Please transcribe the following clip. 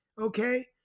Okay